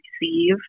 receive